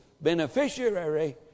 beneficiary